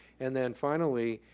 and then finally,